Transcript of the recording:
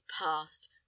past